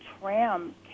tram